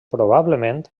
probablement